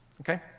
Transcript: okay